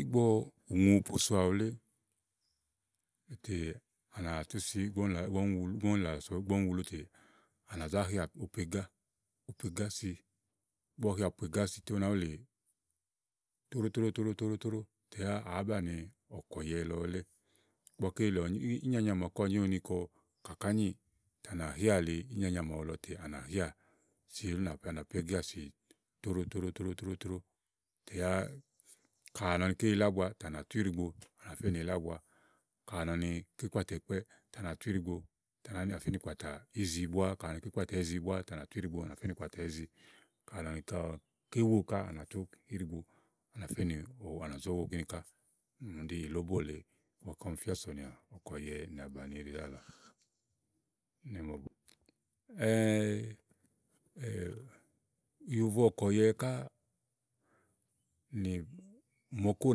ígbɔ ùŋù u posoà wulé tè ànà tú si ígbɔ úni là ígbɔ úni wulu ígbɔ úni làlàso, ígbɔ úni wulu tè à nà zá hià tu po igá tu po igá si ígbɔ ɔwɔ hià po igá si tè ú nàá wulì tóɖó tòɖó tóɖó tóɖó tè yá àá banìi ɔ̀kɔ̀yɛ lɔ wulé ígbɔké lèe ɔwɔ nyréwu ínyanya màaké lèe ɔwɔ nyréwu kɔ kàá nyì, ètè à nà hìà li ínyanya màaɖu lɔ tè à nà híà si ú nà, à nà pó igíà si tóɖó tóɖó tóɖó tóɖó tóɖó. tè yá kayi à nɔ ni ké yila ábua tè à nà tú íɖigbo, à nà fé nì yila ábua, ka à nɔni ké kpàtà akpɛ́ɛ̀ tè à nà tú íɖigbo tè à nà fé nì kpàtà ízi búá ka à nɔ ni ké kpátà ízi búá tè à nà tú íɖigbo à nà fé nì kpàtà ízi ízi búá tè à nà tú íɖigbo à nà fé nì kpàtà ízi ka à nɔ niké wo ká à nàtú íɖigbo à nà tu fè nì òwò, à nà zó wo kíni ká úni ɖí ìlóbó lèe. íkuma ɔmi fíà sònìà ɔ̀kɔ̀yɛ nàbàni íɖi ɖáàlɔ. Nèémɔ̀bù ìyòvo ɔ̀kɔ̀yɛ ká ni moko ówo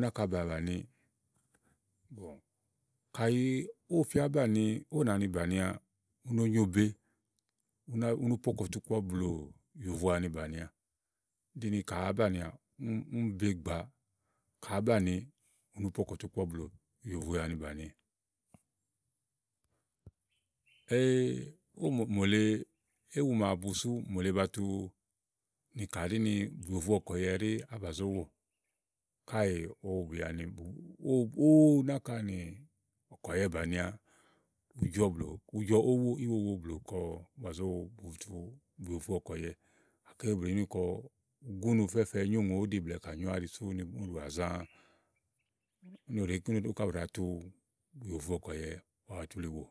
náka ba bàni kàyi ówò fíá banìi ówò nàanibània, u no nyoòbe, u na u no po ɔ̀kùtukpɔ blù ìyòvo ànibània. kíni ka àá banìià úni be gbàa, ka àá banìi u no po ɔ̀kùtukpɔ blù ìyòvo àni bània. ówò mòole, éwu màa bu sú mòole ba tu ni kà ɖí ni bùyòvoè ɔ̀kɔ̀yɛ ɛɖí á bà zó wò. Káèè ówò bù ya ni bu ówo náka nɔkɔ̀yɛ bània ùú jɔ blù, ùú jɔówò blù ùú jɔówò íwowo blù ko bà zó wo bù tù bùyòvoè ɔ̀kɔ̀yɛ màake bu ɖèe nyréwu kɔ ugúnu fɛ́fɛɛ nyo ùŋò óɖì blɛ̀ɛ ni kà nyó áwá ɖi sú bu ɖa zã, úni nyréwu kɔ úɖi ka ni ká bu ɖàa tu bùyòvoèɔ̀kɔ̀yɛ màaɖu atu yili wò.